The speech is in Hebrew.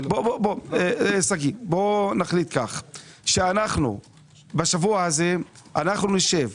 נחליט שהשבוע נשב.